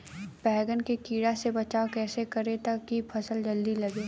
बैंगन के कीड़ा से बचाव कैसे करे ता की फल जल्दी लगे?